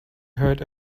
heard